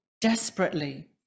desperately